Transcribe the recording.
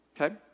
Okay